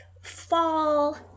fall